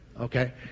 Okay